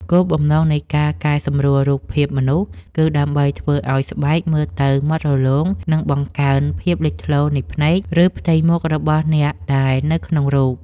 គោលបំណងនៃការកែសម្រួលរូបភាពមនុស្ស គឺដើម្បីធ្វើឱ្យស្បែកមើលទៅម៉ត់រលោង និងបង្កើនភាពលេចធ្លោនៃភ្នែក ឬផ្ទៃមុខរបស់អ្នកដែលនៅក្នុងរូប។